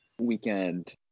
weekend